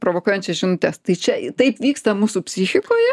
provokuojančias žinutes tai čia taip vyksta mūsų psichikoje